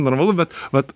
normalu bet vat